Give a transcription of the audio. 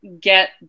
get